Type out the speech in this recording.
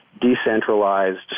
decentralized